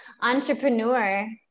entrepreneur